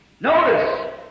Notice